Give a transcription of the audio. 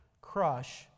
Crush